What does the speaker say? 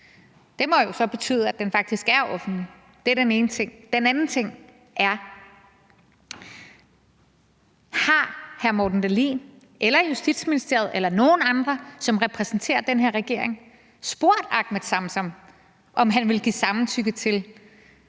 Det må jo så betyde, at den faktisk er offentlig. Det er den ene ting. Den anden ting er: Har hr. Morten Dahlin eller Justitsministeriet eller nogen andre, som repræsenterer den her regering, spurgt Ahmed Samsam, om han vil give samtykke til,